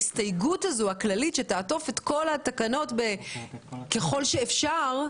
ההסתייגות הזו הכללית שתעטוף את כל התקנות ב-ככל שאפשר,